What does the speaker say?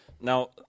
Now